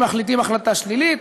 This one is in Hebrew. אם מחליטים החלטה שלילית,